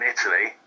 Italy